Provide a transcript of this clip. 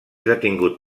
detingut